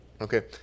Okay